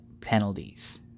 penalties